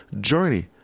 journey